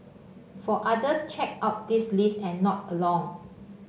for others check out this list and nod along